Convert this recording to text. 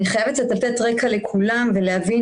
אני חייבת לתת קצת רקע לכולם ולהסביר